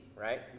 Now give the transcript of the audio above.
right